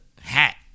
hat